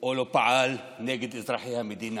או לא פעל נגד אזרחי המדינה.